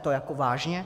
To jako vážně?